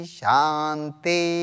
shanti